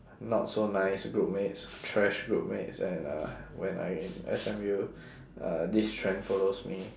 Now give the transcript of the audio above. not so nice groupmates trash groupmates and uh when I in S_M_U uh this trend follows me